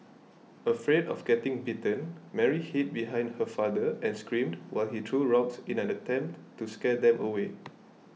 afraid of getting bitten Mary hid behind her father and screamed while he threw rocks in an attempt to scare them away